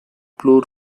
blue